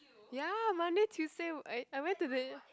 ya Monday Tuesday I I went to the